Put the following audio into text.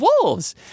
wolves